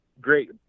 great